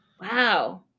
Wow